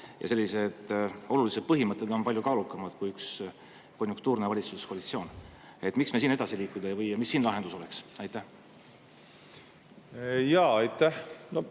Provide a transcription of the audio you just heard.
ja sellised olulised põhimõtted on palju kaalukamad kui üks konjunktuurne valitsuskoalitsioon. Miks me siin edasi liikuda ei või ja mis siin lahendus oleks? Aitäh! Aitäh